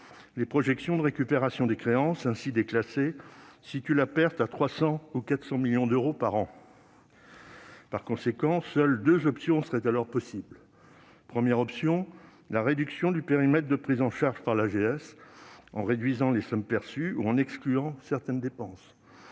Les projections de récupération des créances ainsi déclassées situent la perte à 300 millions ou 400 millions d'euros par an. Par conséquent, seules deux options seraient alors possibles. La première serait de réduire le périmètre de prise en charge par l'AGS, en amputant les sommes perçues ou en excluant certaines dépenses.